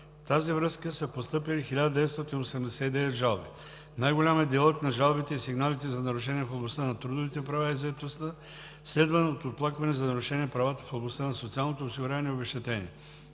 тази връзка са постъпили 1989 жалби. Най-голям е делът на жалбите и сигналите за нарушения в областта на трудовите права и заетостта, следван от оплаквания за нарушени права в областта на социалното осигуряване и обезщетения.